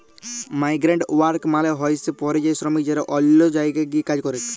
migrant worker মালে হইসে পরিযায়ী শ্রমিক যারা অল্য জায়গায় গিয়ে কাজ করেক